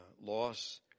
loss